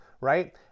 right